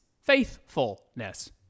faithfulness